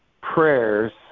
prayers